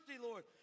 Lord